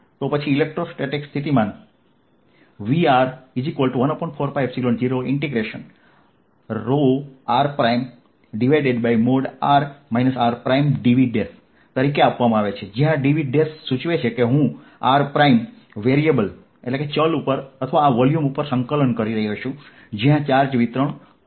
પછી ઇલેક્ટ્રોસ્ટેટિક સ્થિતિમાન Vr140rr rdVતરીકે આપવામાં આવે છે જ્યાં dV સૂચવે છે કે હું r ચલ પર અથવા આ વોલ્યુમ ઉપર સંકલન કરી રહ્યો છું જ્યાં ચાર્જ વિતરણ અ શૂન્ય છે